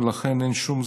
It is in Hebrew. ולכן אין שום,